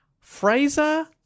Fraser